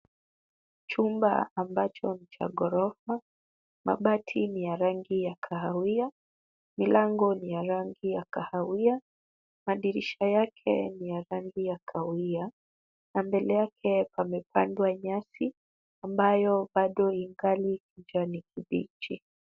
Chumba ambacho ni cha ghorofa. Mabati ni ya rangi ya kahawia, milango ni ya rangi ya kahawia, madirisha yake ni rangi ya kahawia na mbele yake pamepandwa nyasi ambayo bado ingali kijani kibichi .